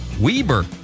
Weber